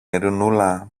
ειρηνούλα